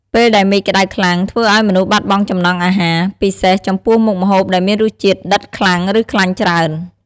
ពេលដែលមេឃក្តៅខ្លាំង ធ្វើឱ្យមនុស្សបាត់បង់ចំណង់អាហារ ពិសេសចំពោះមុខម្ហូបដែលមានរសជាតិដិតខ្លាំង ឬ ខ្លាញ់ច្រើន។